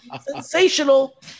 sensational